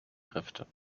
kräfte